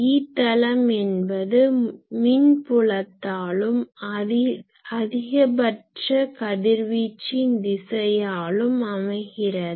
E தளம் என்பது மின் புலத்தாலும் அதிகபட்ச கதிர்வீச்சின் திசையாலும் அமைகிறது